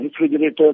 refrigerator